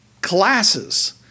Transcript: classes